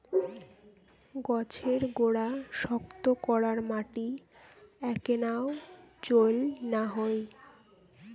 গছের গোড়া শক্ত করার মাটি এ্যাকনাও চইল না হই